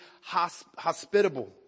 hospitable